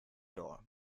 door